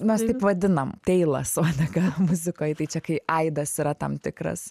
mes taip vadinam teilas uodega muzikoj tai čia kai aidas yra tam tikras